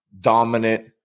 dominant